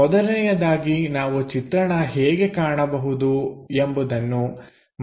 ಮೊದಲನೆಯದಾಗಿ ನಾವು ಚಿತ್ರಣ ಹೇಗೆ ಕಾಣಬಹುದು ಎಂಬುದನ್ನು ಮನಸ್ಸಿನಲ್ಲಿ ಚಿತ್ರಿಸಿಕೊಳ್ಳಬೇಕು